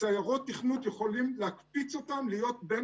סיירות תכנות יכולות להקפיץ אותם להיות בין